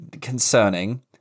Concerning